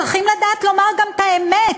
צריכים לדעת לומר גם את האמת,